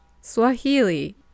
Swahili